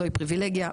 זוהי פריבילגיה,